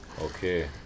Okay